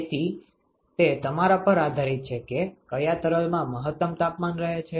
તેથી તે તમારા પર આધારિત છે કે કયા તરલમાં મહત્તમ તાપમાન રહે છે